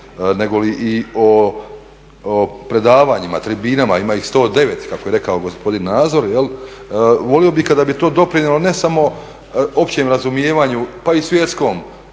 nego li i o predavanjima, tribinama, ima ih 109 kako je rekao gospodin Nazor, volio bih kada bi to doprinijelo ne samo općem razumijevanju pa i svjetskom